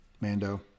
Mando